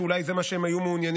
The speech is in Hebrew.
שזה אולי מה שהם היו מעוניינים